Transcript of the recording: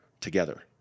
together